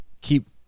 keep